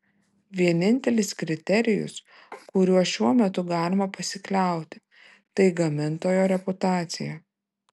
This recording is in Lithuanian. vienintelis kriterijus kuriuo šiuo metu galima pasikliauti tai gamintojo reputacija